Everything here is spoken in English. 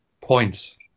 points